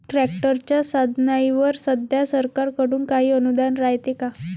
ट्रॅक्टरच्या साधनाईवर सध्या सरकार कडून काही अनुदान रायते का?